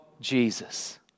Jesus